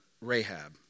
Rahab